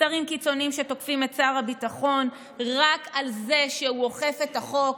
שרים קיצוניים שתוקפים את שר הביטחון רק על זה שהוא אוכף את החוק,